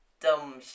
dumb